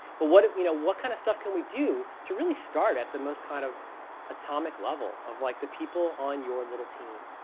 but what if, you know what kind of stuff can we do to really start at the most kind of atomic level of like the people on your little team,